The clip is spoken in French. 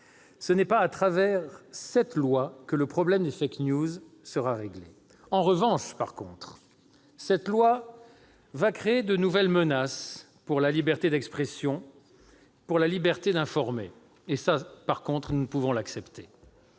Ce n'est pas à travers cette loi que le problème des sera réglé. En revanche, cette loi va créer de nouvelles menaces pour la liberté d'expression et pour la liberté d'informer, ce que nous ne pouvons accepter.